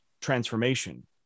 transformation